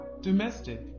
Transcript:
domestic